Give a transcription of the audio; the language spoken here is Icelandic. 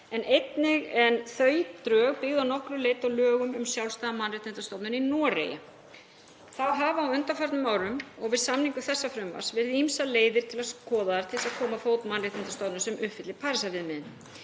en þau byggðu að nokkru leyti á lögum um sjálfstæða mannréttindastofnun í Noregi. Þá hafa á undanförnum árum og við samningu þessa frumvarps verið ýmsar leiðir skoðaðar til að koma á fót mannréttindastofnun sem uppfyllir Parísarviðmiðin